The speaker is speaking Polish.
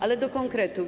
Ale do konkretów.